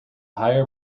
higher